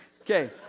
okay